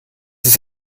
ist